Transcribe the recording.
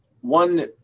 one